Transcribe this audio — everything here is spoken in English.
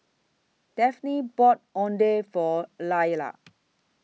Daphne bought Oden For Lyla